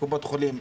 לקופות חולים,